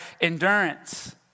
endurance